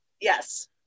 Yes